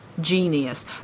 Genius